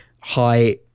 high